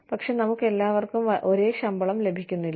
പക്ഷേ നമുക്കെല്ലാവർക്കും ഒരേ ശമ്പളം ലഭിക്കുന്നില്ല